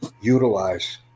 Utilize